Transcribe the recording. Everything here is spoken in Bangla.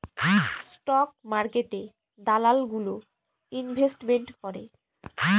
স্টক মার্কেটে দালাল গুলো ইনভেস্টমেন্ট করে